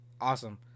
awesome